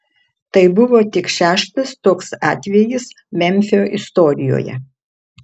tai buvo tik šeštas toks atvejis memfio istorijoje